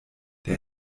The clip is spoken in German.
der